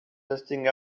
testing